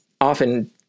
often